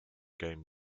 game